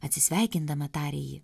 atsisveikindama tarė ji